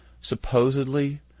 supposedly